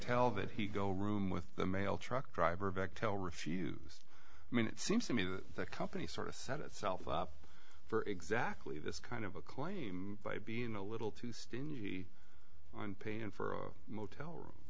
tell that he go room with the mail truck driver bechtel refuse i mean it seems to me that the company sort of set itself up for exactly this kind of a claim by being a little too in pain for a motel room